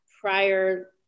prior